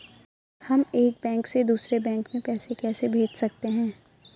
हम एक बैंक से दूसरे बैंक में पैसे कैसे भेज सकते हैं?